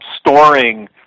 storing